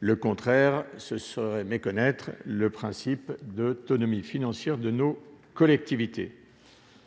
le contraire serait méconnaître le principe d'autonomie financière de nos collectivités.